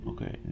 Okay